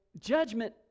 judgment